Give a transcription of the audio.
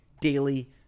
Daily